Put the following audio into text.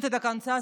(אומרת ברוסית